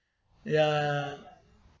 ya